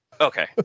okay